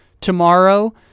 tomorrow